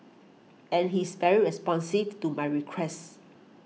and he's very responsive to my requests